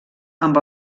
amb